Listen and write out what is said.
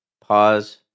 pause